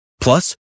Plus